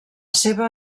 seva